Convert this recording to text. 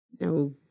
no